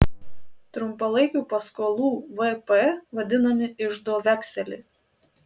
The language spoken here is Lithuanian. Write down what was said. trumpalaikių paskolų vp vadinami iždo vekseliais